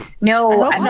No